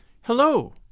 Hello